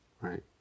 right